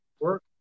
work